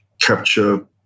capture